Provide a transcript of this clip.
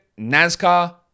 NASCAR